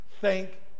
Thank